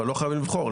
אבל לא חייבים לבחור.